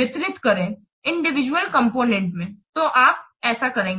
वितरित करें individual component तो आप करेंगे